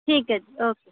ਠੀਕ ਹੈ ਜੀ ਓਕੇ